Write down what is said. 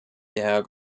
der